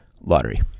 lottery